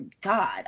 God